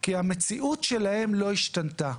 כי המציאות שלהם לא השתנתה.